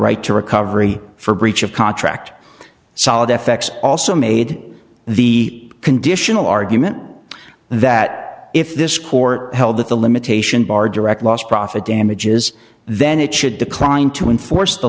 right to recovery for breach of contract solid effects also made the conditional argument that if this court held that the limitation bar direct lost profit damages then it should decline to enforce the